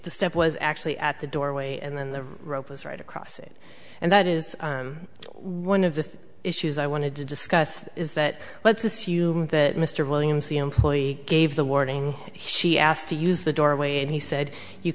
step was actually at the doorway and then the rope was right across it and that is one of the issues i wanted to discuss is that let's assume that mr williams the employee gave the warning she asked to use the doorway and he said you